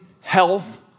health